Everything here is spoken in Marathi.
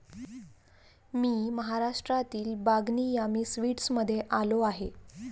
मी महाराष्ट्रातील बागनी यामी स्वीट्समध्ये आलो आहे